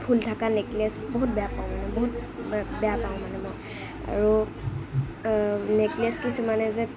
ফুল থকা নেকলেছ বহুত বেয়া পাওঁ মানে বহুত বেয়া পাওঁ মানে মই আৰু নেকলেছ কিছুমানে যে